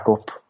up